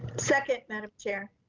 second madam chair.